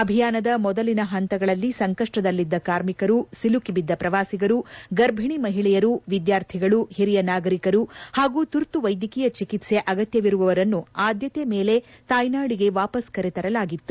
ಅಭಿಯಾನದ ಮೊದಲಿನ ಪಂತಗಳಲ್ಲಿ ಸಂಕಷ್ಟದಲ್ಲಿದ್ದ ಕಾರ್ಮಿಕರು ಸಿಲುಕಿಬಿದ್ದ ಪ್ರವಾಸಿಗರು ಗರ್ಭಣಿ ಮಹಿಳೆಯರು ವಿದ್ವಾರ್ಥಿಗಳು ಹಿರಿಯ ನಾಗರಿಕರು ಪಾಗೂ ಶುರ್ತು ವೈದ್ಯಕೀಯ ಚಿಕಿತ್ಸೆ ಅಗತ್ಯವಿರುವವರನ್ನು ಅದ್ಯಕೆ ಮೇಲೆ ತಾಯ್ನಾಡಿಗೆ ವಾಪಸ್ ಕರೆತರಲಾಗಿತ್ತು